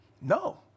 No